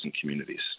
communities